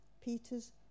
Peter's